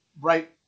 right